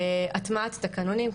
הטמעת תקנונים,